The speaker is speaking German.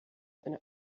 eine